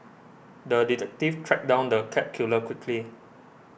the detective tracked down the cat killer quickly